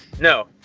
No